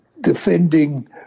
defending